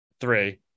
three